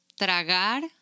Tragar